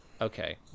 Okay